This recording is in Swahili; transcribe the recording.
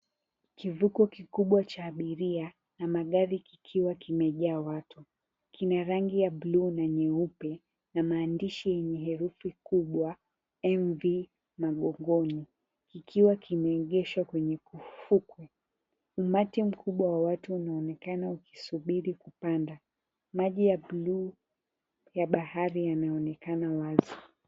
Kivuko kikubwa cha abiria na magari kikiwa kimejaa watu. Kina rangi ya buluu na nyeupe na maandishi yenye herufi kubwa MV MAGONGONI, kikiwa kimeegeshwa kwenye ufukwe. Umati mkubwa wa watu unaonekana ukisubiri kupanda. Maji ya buluu ya bahari yanaonekana wazi.